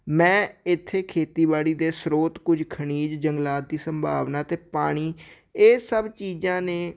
ਮੈਂ ਇੱਥੇ ਖੇਤੀਬਾੜੀ ਦੇ ਸਰੋਤ ਕੁਝ ਖਣਿਜ ਜੰਗਲਾਤ ਦੀ ਸੰਭਾਵਨਾ ਅਤੇ ਪਾਣੀ ਇਹ ਸਭ ਚੀਜ਼ਾਂ ਨੇ